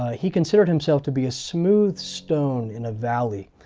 ah he considered himself to be a smooth stone in a valley,